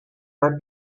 might